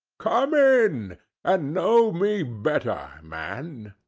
come in! and know me better, man!